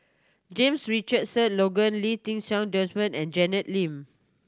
James Richardson Logan Lee Ti Seng Desmond and Janet Lim